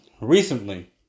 recently